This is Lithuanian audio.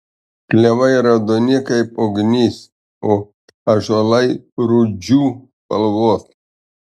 klevai raudoni kaip ugnis o ąžuolai rūdžių spalvos